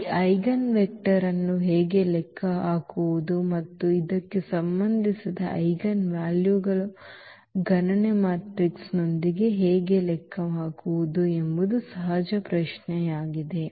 ಈಗ ಈ eigen vector ಅನ್ನು ಹೇಗೆ ಲೆಕ್ಕ ಹಾಕುವುದು ಮತ್ತು ಇದಕ್ಕೆ ಸಂಬಂಧಿಸಿದ ಐಜೆನ್ ವ್ಯಾಲ್ಯೂಗಳನ್ನು ಗಣನೆ ಮ್ಯಾಟ್ರಿಕ್ಸ್ ನೊಂದಿಗೆ ಹೇಗೆ ಲೆಕ್ಕ ಹಾಕುವುದು ಎಂಬುದು ಸಹಜ ಪ್ರಶ್ನೆಯಾಗಿದೆ